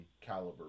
caliber